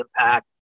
impact